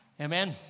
Amen